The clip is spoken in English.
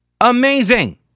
Amazing